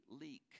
leak